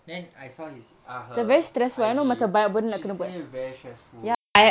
then I saw his ah her I_G she say very stressful